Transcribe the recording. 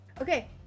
Okay